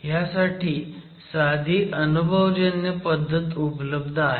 ह्यासाठी साधी अनुभवजन्य पद्धत उपलब्ध आहे